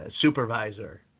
supervisor